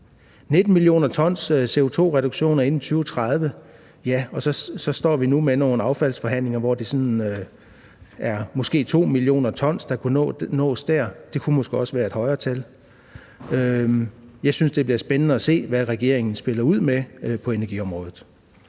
19 mio. t CO2-reduktioner inden 2030, og vi står nu med nogle forhandlinger om affald, hvor det måske er 2 mio. t, der kan nås der. Det kunne måske også være et højere tal. Jeg synes, det bliver spændende at se, hvad regeringen spiller ud med på energiområdet.